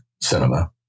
Cinema